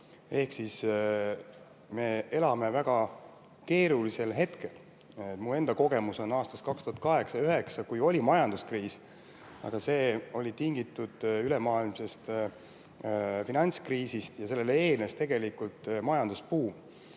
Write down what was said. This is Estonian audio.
Me elame väga keerulisel [ajal]. Mu enda kogemus on aastast 2008–2009, kui oli majanduskriis, aga see oli tingitud ülemaailmsest finantskriisist ja sellele eelnes tegelikult majandusbuum.